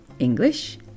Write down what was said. English